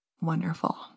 Wonderful